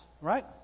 Right